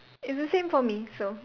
it's the same for me so